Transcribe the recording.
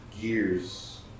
gears